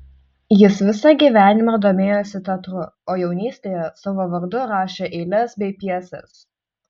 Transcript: jis visą gyvenimą domėjosi teatru o jaunystėje savo vardu rašė eiles bei pjeses